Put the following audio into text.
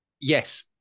Yes